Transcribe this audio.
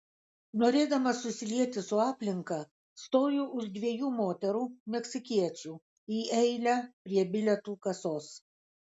norėdamas susilieti su aplinka stoju už dviejų moterų meksikiečių į eilę prie bilietų kasos